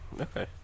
Okay